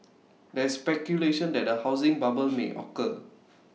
there is speculation that A housing bubble may occur